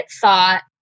thought